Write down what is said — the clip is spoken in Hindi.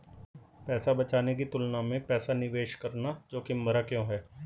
पैसा बचाने की तुलना में पैसा निवेश करना जोखिम भरा क्यों है?